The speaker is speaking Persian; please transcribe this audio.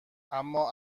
اما